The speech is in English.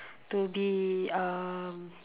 to be um